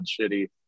shitty